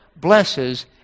blesses